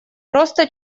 просто